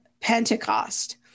Pentecost